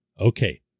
Okay